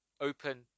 open